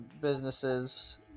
Businesses